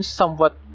somewhat